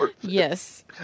Yes